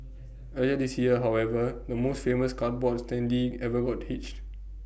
earlier this year however the most famous cardboard standee ever got hitched